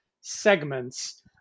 segments